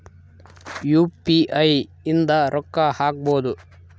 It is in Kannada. ಯು.ಪಿ.ಐ ಇಂದ ರೊಕ್ಕ ಹಕ್ಬೋದು